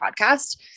podcast